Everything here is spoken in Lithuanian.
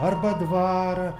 arba dvarą